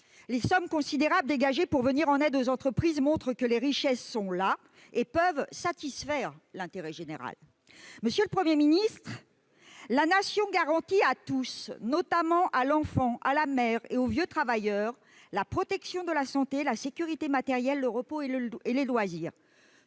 les sommes considérables dégagées pour venir en aide aux entreprises montrent que les richesses sont là et qu'elles peuvent servir l'intérêt général. Monsieur le Premier ministre, la Nation « garantit à tous, notamment à l'enfant, à la mère et aux vieux travailleurs, la protection de la santé, la sécurité matérielle, le repos et les loisirs.